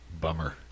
Bummer